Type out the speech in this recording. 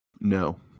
No